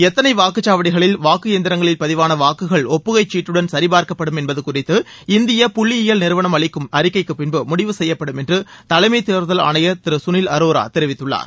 எத்தனை வாக்குச்சாவடிகளில் வாக்கு எந்திரங்களில் பதிவான வாக்குகள் ஒப்புகை சீட்டுடன் சரிபார்க்கப்படும் என்பது குறித்து இந்திய புள்ளியியல் நிறுவனம் அளிக்கும் அறிக்கைக்கு பின்பு முடிவு செய்யப்படும் என்று தலைமை தேர்தல் ஆணையர் திரு சுனில் அரோரா தெரிவித்துள்ளார்